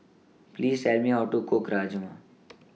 Please Tell Me How to Cook Rajma